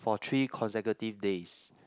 for three consecutive days